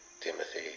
Timothy